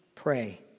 pray